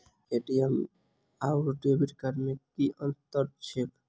ATM आओर debit card मे की अंतर छैक?